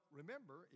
remember